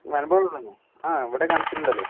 നല്ലപോലെ വേണോ ആ ഇവിടെ കണക്ഷൻ ഉണ്ടല്ലൊ